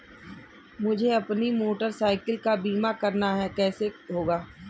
मुझे अपनी motorcycle का बीमा करना है कैसे होगा?